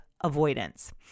avoidance